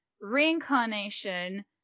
Reincarnation